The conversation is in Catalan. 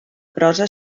prosa